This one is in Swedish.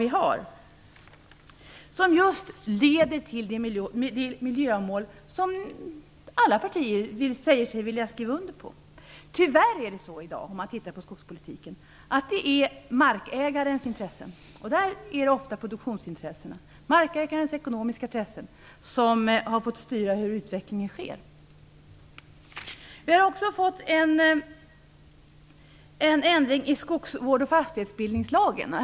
Det handlar om förslag som leder till just de miljömål som alla partier säger sig vilja skriva under på. I dag är det tyvärr ofta så om man tittar på skogspolitiken att det är markägarens ekonomiska intressen - ofta produktionsintressen - som har fått styra utvecklingen. Det har också kommit en ändring i skogsvårdsoch fastighetsbildningslagen.